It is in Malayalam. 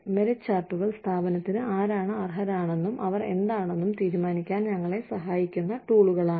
മെറിറ്റ് ചാർട്ടുകൾ സ്ഥാപനത്തിന് ആരാണ് അർഹരാണെന്നും അവർ എന്താണെന്നും തീരുമാനിക്കാൻ ഞങ്ങളെ സഹായിക്കുന്ന ടൂളുകളാണ്